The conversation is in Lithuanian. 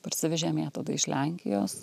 parsivežėm ją tada iš lenkijos